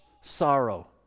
sorrow